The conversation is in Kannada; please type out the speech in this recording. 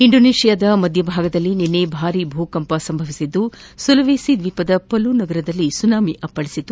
ಇಂಡೋನೇಷ್ಯಾದ ಮಧ್ಯಭಾಗದಲ್ಲಿ ನಿನ್ನೆ ಭಾರೀ ಭೂಕಂಪ ಸಂಭವಿಸಿದ್ದು ಸುಲವೇಸಿ ದ್ವೀಪದ ಪಲು ನಗರದಲ್ಲಿ ಸುನಾಮಿ ಅಪ್ಪಳಿಸಿದೆ